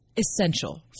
Essential